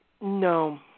No